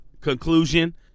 conclusion